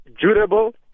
durable